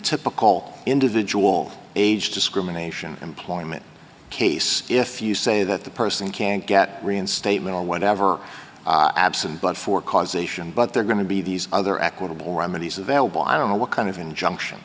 typical individual age discrimination employment case if you say that the person can't get reinstatement or whatever absent but for causation but they're going to be these other equitable remedies available i don't know what kind of injunction